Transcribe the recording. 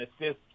assist